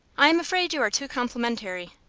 i am afraid you are too complimentary.